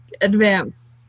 advance